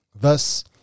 Thus